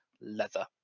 leather